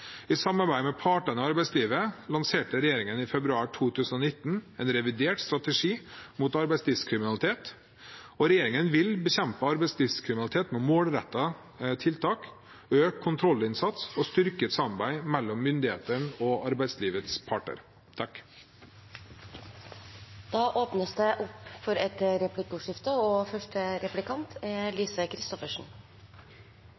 I samarbeid med partene i arbeidslivet lanserte regjeringen i februar 2019 en revidert strategi mot arbeidslivskriminalitet, og regjeringen vil bekjempe arbeidslivskriminalitet med målrettede tiltak, økt kontrollinnsats og styrket samarbeid mellom myndighetene og arbeidslivets parter. Det blir replikkordskifte. LO er landets største arbeidstakerorganisasjon i både privat og